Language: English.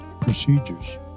procedures